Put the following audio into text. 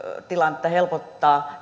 tilannetta helpottaa